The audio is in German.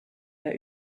der